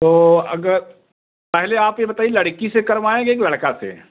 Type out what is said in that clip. तो अगर पहले आप यह बताइए लड़की से करवाएँगे कि लड़का से